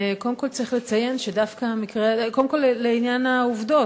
קודם כול, לעניין העובדות.